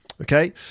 Okay